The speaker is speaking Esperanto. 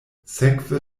sekve